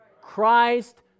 Christ